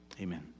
Amen